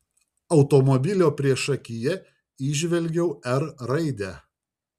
automobilio priešakyje įžvelgiau r raidę